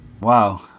Wow